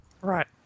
Right